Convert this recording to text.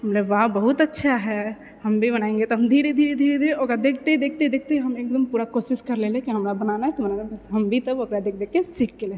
हम बोललियै वाह बहुत अच्छा है हम भी बनायेंगे तऽ हम धीरे धीरे धीरे धीरे ओकरा देखते देखते देखते हम एकदम पूरा कोशिश करि लेलियै कि हमरा बननाय हम भी तऽ ओकरा देख देख कऽ सीख गेलियै